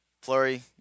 Flurry